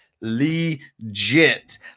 legit